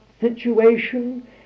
situation